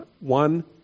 One